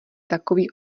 takový